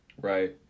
Right